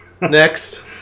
next